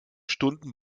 stunden